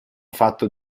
fatto